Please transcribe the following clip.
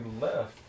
left